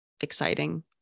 exciting